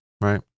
right